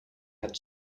had